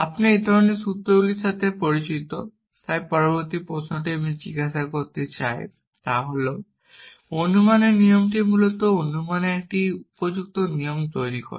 আপনি এই ধরণের সূত্রগুলির সাথে পরিচিত তাই পরবর্তী প্রশ্নটি আমি জিজ্ঞাসা করতে চাই তা হল অনুমানের নিয়মটি মূলত অনুমানের একটি উপযুক্ত নিয়ম তৈরি করে